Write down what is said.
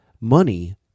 Money